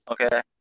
okay